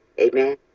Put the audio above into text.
Amen